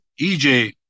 EJ